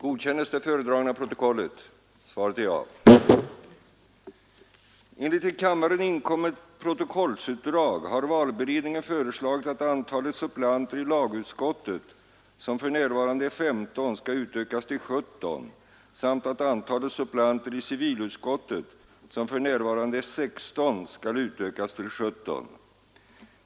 Enligt till kammaren inkommet protokollsutdrag har valberedningen föreslagit att antalet suppleanter i lagutskottet, som för närvarande är 15, skall utökas till 17 samt att antalet suppleanter i civilutskottet, som för närvarande är 16, skall utökas till 17.